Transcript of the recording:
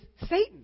Satan